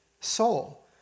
soul